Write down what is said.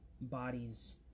bodies